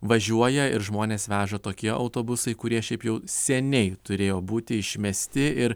važiuoja ir žmones veža tokie autobusai kurie šiaip jau seniai turėjo būti išmesti ir